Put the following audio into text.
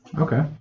Okay